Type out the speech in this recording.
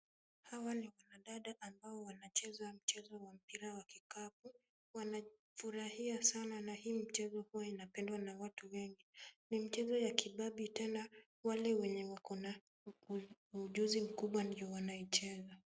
Hawa ni wanadada ambao wanacheza mchezo wa mpira wa kikapu, wanafurahia sana na hii mchezo huu inapendwa na watu wengi. Ni mchezo ya kibabi tena, wale wenye wako ujuzi mkubwa ndio wanaicheza.